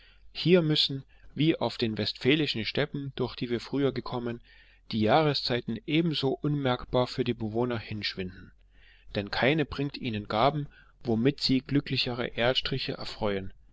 hier müssen wie auf den westfälischen steppen durch die wir früher gekommen die jahreszeiten ebenso unmerkbar für die bewohner hinschwinden denn keine bringt ihnen gaben womit sie glücklichere erdstriche erfreuen